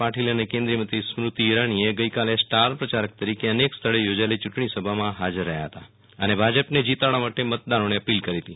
પાટિલ અને કેન્દ્રીય મંત્રી સ્મૃતિ ઈરાનીએ ગઈકાલે સ્ટાર પ્રચારક તરીકે અનેક સ્થળે યોજાયેલી યુંટણી સભામાં હાજર રહ્યા હતા અને ભાજપને જીતાડવા મતદારોને અપીલ કરી હતી